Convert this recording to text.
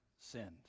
sinned